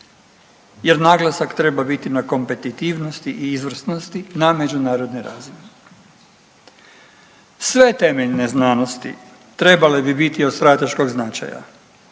jer naglasak treba biti na kompetitivnosti i izvrsnosti na međunarodnoj razini. Sve temeljne znanosti trebale bi biti od strateškog značaja,